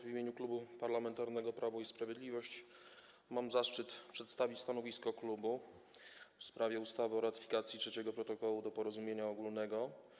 W imieniu Klubu Parlamentarnego Prawo i Sprawiedliwość mam zaszczyt przedstawić stanowisko w sprawie ustawy o ratyfikacji Trzeciego Protokołu do Porozumienia ogólnego.